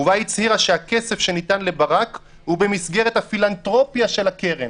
ובה הצהירה שהכסף שניתן לברק הוא במסגרת הפילנתרופיה של הקרן.